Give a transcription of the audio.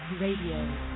Radio